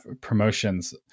promotions